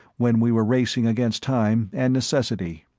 when we were racing against time and necessity.